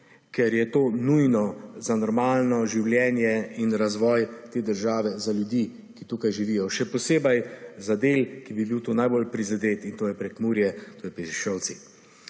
ker je to nujno za normalno življenje in razvoj te države za ljudi, ki tukaj živijo, še posebej za del, ki bi bil tu najbolj prizadet in to je Prekmurje to je Petišovci.